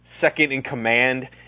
second-in-command